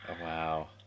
wow